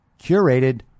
curated